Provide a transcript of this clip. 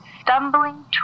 stumbling